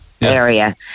area